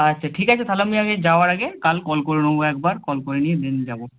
আচ্ছা ঠিক আছে তাহলে আমি যাওয়ার আগে কাল কল করে নেব একবার কল করে নিয়ে দেন যাব